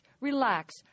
relax